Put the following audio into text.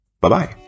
Bye-bye